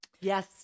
Yes